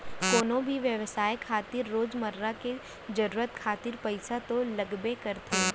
कोनो भी बेवसाय खातिर रोजमर्रा के जरुरत खातिर पइसा तो लगबे करथे